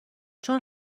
چون